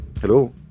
Hello